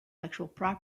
intellectual